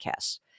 podcasts